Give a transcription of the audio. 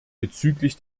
bezüglich